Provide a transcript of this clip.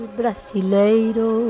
brasileiro